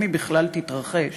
אם היא בכלל תתרחש,